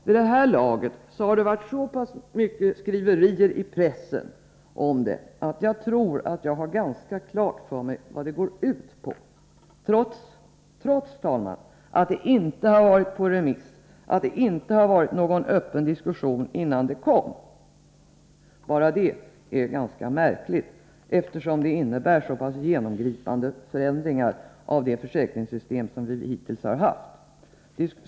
Vid det här laget har det varit så pass mycket skriverier i pressen om förslaget att jag tror att jag har ganska klart för mig vad det går ut på, trots att förslaget inte har varit ute på remiss eller föremål för någon öppen diskussion innan propositionen skrevs. Bara det är ganska märkligt, eftersom förslaget innebär så genomgripande förändringar av det försäkringssystem som vi hittills har haft.